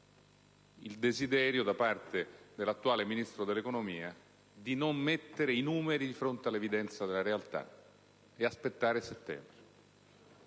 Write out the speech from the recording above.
il desiderio, da parte dell'attuale Ministro dell'economia, di non mettere i numeri di fronte all'evidenza della realtà e aspettare settembre.